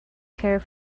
care